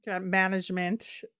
management